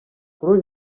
kuri